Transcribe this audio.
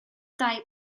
dau